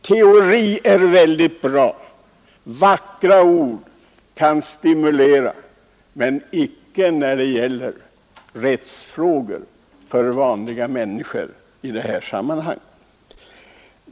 Teori är väldigt bra, vackra ord kan stimulera, men icke när det gäller rättsfrågor för vanliga människor i detta sammanhang.